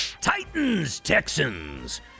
Titans-Texans